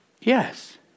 yes